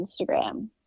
instagram